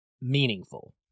meaningful